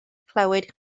clywed